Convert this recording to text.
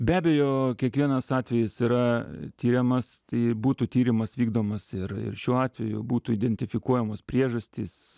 be abejo kiekvienas atvejis yra tiriamas tai būtų tyrimas vykdomas ir ir šiuo atveju būtų identifikuojamos priežastys